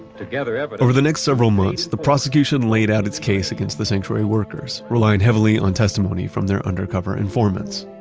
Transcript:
and but over the next several months, the prosecution laid out its case against the sanctuary workers, relying heavily on testimony from their undercover informants.